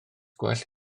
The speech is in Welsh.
gwell